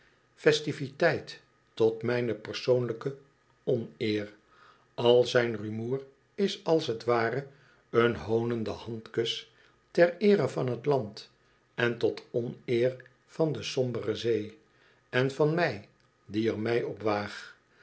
festiviteit tot mijne persoonlijke oneer al zijn rumoer is als t ware een hoonende handkus ter eere van t land en tot oneer van de sombere zee en van mij die er mij op waag